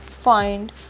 Find